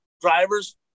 Drivers